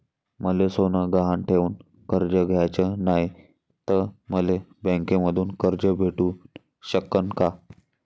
मले सोनं गहान ठेवून कर्ज घ्याचं नाय, त मले बँकेमधून कर्ज भेटू शकन का?